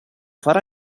fare